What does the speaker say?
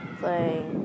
playing